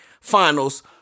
Finals